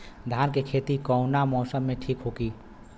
धान के खेती कौना मौसम में ठीक होकी?